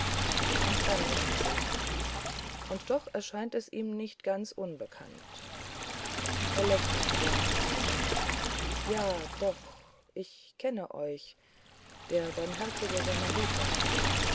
ein fremdes gesicht und doch erscheint es ihm nicht ganz unbekannt er lächelt traumhaft ja doch ich kenne euch der barmherzige samariter